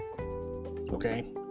Okay